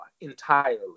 entirely